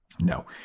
No